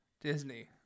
Disney